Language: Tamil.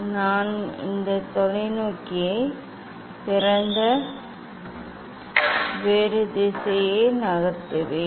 நான் இந்த தொலைநோக்கியைத் திறந்து வேறு திசையை நகர்த்துவேன்